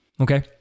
okay